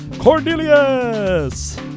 Cornelius